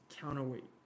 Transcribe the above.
counterweight